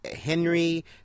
Henry